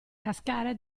cascare